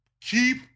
Keep